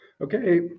Okay